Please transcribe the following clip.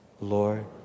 Lord